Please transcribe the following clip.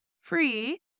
free